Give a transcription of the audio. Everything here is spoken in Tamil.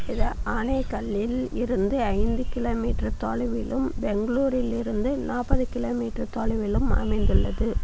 இது ஆனேகல்லில் இருந்து ஐந்து கிலோமீட்டர் தொலைவிலும் பெங்களூரில் இருந்து நாற்பது கிலோமீட்டர் தொலைவிலும் அமைந்துள்ளது